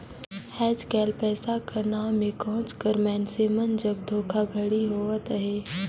आएज काएल पइसा कर नांव में कहोंच कर मइनसे मन जग धोखाघड़ी होवत अहे